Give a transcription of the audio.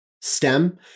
STEM